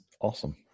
awesome